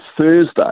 Thursday